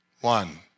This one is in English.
one